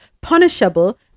punishable